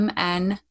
mn